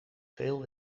veel